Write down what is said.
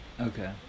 okay